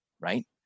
right